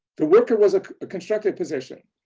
the worker was a constructed position,